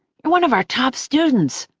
you're one of our top students.